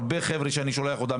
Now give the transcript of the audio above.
הרבה חבר'ה שאני שולח אותם.